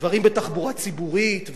ודברים בתחבורה הציבורית,